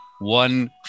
one